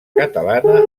catalana